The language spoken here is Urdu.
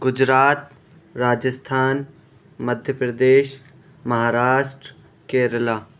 گجرات راجستھان مدھیہ پردیش مہاراشٹر کیرل